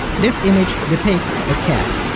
this image depicts a cat.